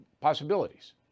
possibilities